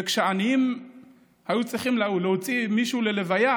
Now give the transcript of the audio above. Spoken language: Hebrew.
וכשעניים היו צריכים להוציא מישהו ללוויה,